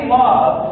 love